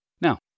Now